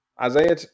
Isaiah